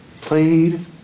played